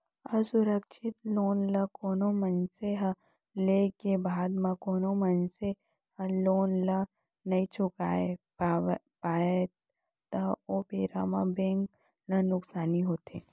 असुरक्छित लोन ल कोनो मनसे ह लेय के बाद म कोनो मनसे ह लोन ल नइ चुकावय पावय त ओ बेरा म बेंक ल नुकसानी होथे